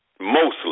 mostly